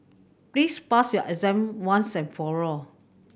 please pass your exam once and for all